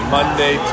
Monday